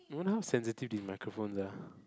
I wonder how sensitive these microphones are